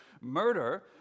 murder